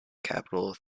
capital